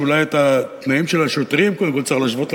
ואולי את התנאים של השוטרים קודם כול צריך להשוות לצבא.